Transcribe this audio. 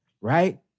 right